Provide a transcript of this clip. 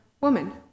Woman